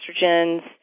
estrogens